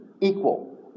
equal